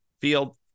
field